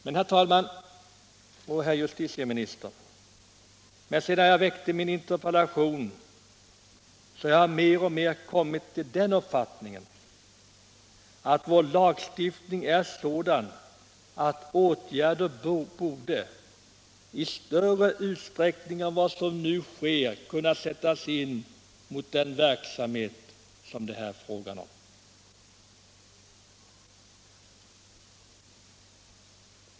Men, herr talman och herr justitieminister, sedan jag väckt min interpellation har jag mer och mer kommit till den uppfattningen, att vår lagstiftning är sådan att åtgärder borde i större utsträckning än nu kunna sättas in mot den verksamhet som det här är fråga om.